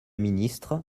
ministre